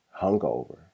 hungover